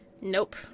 Nope